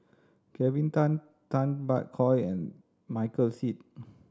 Kelvin Tan Tay Bak Koi and Michael Seet